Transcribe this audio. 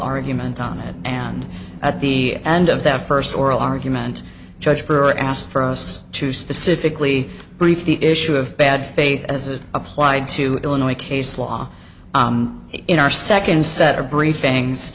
argument on it and at the end of that first oral argument judge her asked for us to specifically brief the issue of bad faith as it applied to illinois case law in our second set of briefings